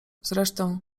zresztą